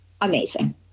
amazing